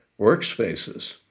workspaces